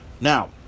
Now